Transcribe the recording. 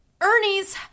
Ernie's